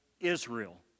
Israel